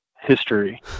history